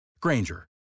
Granger